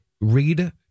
Read